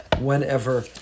whenever